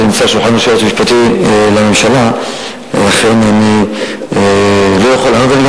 זה נמצא על שולחן היועץ המשפטי לממשלה ולכן אני לא יכול לענות,